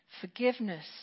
Forgiveness